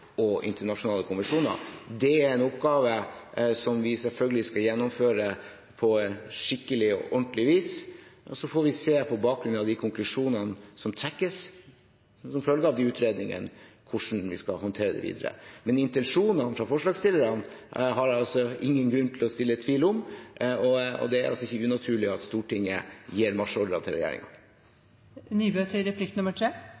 internasjonale konvensjoner. Det er en oppgave som vi selvfølgelig skal gjennomføre på skikkelig og ordentlig vis. Så får vi, på bakgrunn av de konklusjonene som trekkes som følge av de utredningene, se hvordan vi skal håndtere det videre. Men intensjonen fra forslagsstillerne har jeg ingen grunn til å tvile på, og det er altså ikke unaturlig at Stortinget gir marsjordre til